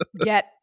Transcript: get